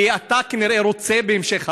כי אתה כנראה רוצה בהמשך האלימות,